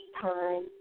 time